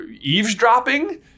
eavesdropping